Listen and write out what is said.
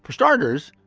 starters,